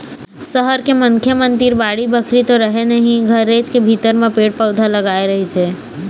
सहर के मनखे मन तीर बाड़ी बखरी तो रहय नहिं घरेच के भीतर म पेड़ पउधा लगाय रहिथे